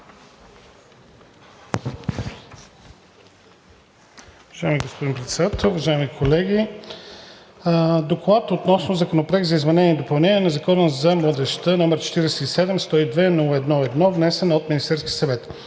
„ДОКЛАД относно Законопроект за изменение и допълнение на Закона за младежта, № 47-102-01-1, внесен от Министерския съвет